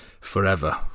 forever